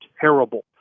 terrible